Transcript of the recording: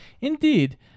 indeed